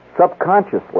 subconsciously